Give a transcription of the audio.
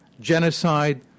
genocide